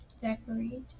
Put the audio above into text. Decorate